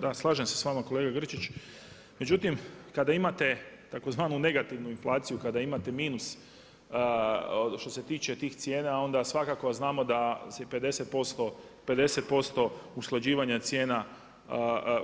Da, slažem se s vama, kolega Grčić, međutim kada imate tzv. negativnu inflaciju, kada imate minus, što se tiče tih cijena onda svakako znamo da 50% usklađivanja cijena,